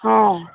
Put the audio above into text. ହଁ